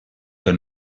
que